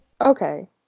okay